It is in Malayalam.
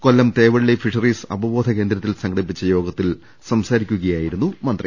കൊല്ലം തേവള്ളി ഫിഷറീസ് അവബോധ കേന്ദ്രത്തിൽ സംഘടിപ്പിച്ച യോഗത്തിൽ സംസാരിക്കുകയായിരുന്നു മന്ത്രി